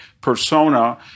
persona